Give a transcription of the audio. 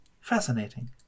fascinating